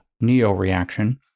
neo-reaction